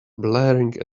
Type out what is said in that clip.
blaring